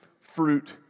fruit